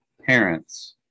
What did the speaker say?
parents